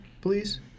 please